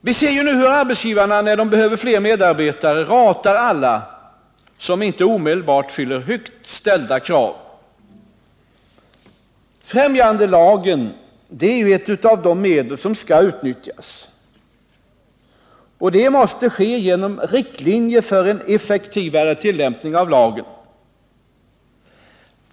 Visser nu hur arbetsgivarna, när de behöver fler medarbetare, ratar alla som inte omedelbart fyller högt ställda krav. Främjandelagen är ju ett av de medel som skall utnyttjas, och det måste ske genom riktlinjer för en effektivare tillämpning av lagen.